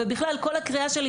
ובכלל כל הקריאה שלי,